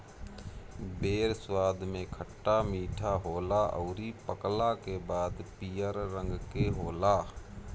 बेर स्वाद में खट्टा मीठा होला अउरी पकला के बाद पियर रंग के होला